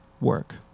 Work